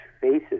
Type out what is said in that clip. faces